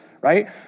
right